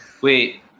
Wait